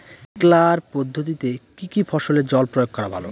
Sprinkler পদ্ধতিতে কি কী ফসলে জল প্রয়োগ করা ভালো?